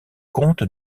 comte